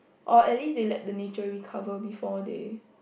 or at least they let the nature recover before they